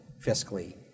fiscally